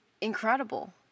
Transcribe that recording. incredible